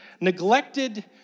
neglected